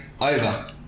over